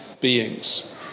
beings